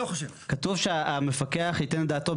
כתוב שהמפקח ייתן את דעתו,